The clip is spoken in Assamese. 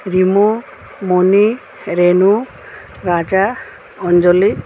ৰিমু মণি ৰেণু ৰাজা অঞ্জলি